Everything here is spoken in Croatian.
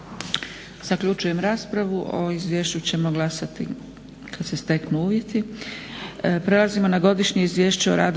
Zaključujem raspravu. O izvješću ćemo glasati kada se steknu uvjeti.